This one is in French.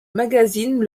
magazine